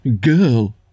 Girl